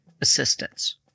assistance